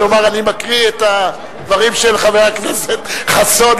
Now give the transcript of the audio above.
והוא יאמר: אני מקריא את הדברים של חבר הכנסת חסון,